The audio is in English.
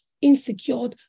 insecure